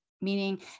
meaning